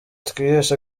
twiheshe